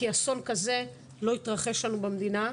כי אסון כזה לא התרחש לנו במדינה,